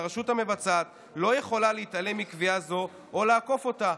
והרשות המבצעת לא יכולה להתעלם מקביעה זו או לעקוף אותה.